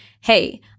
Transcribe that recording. hey